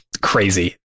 crazy